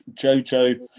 jojo